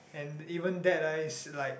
and even that ah is like